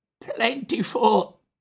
plentiful